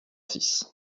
six